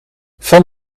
van